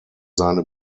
seine